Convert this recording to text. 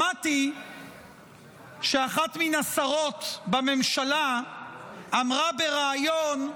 שמעתי שאחת מן השרות בממשלה אמרה בריאיון: